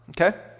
okay